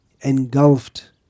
engulfed